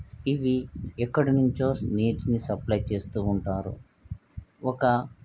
ఇవి ఎక్కడ నుంచో నీటిని సప్లై చేస్తూ ఉంటారు ఒక